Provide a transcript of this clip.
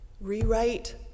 Rewrite